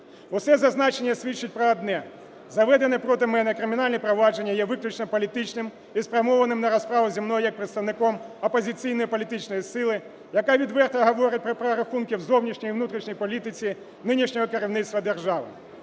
Усе зазначене свідчить про одне – заведене проти мене кримінальне провадження є виключно політичним і спрямованим на розправу зі мною як представником опозиційної політичної сили, яка відверто говорить про прорахунки в зовнішній і внутрішній політиці нинішнього керівництва держави.